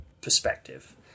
perspective